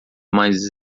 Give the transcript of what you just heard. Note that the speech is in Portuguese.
mais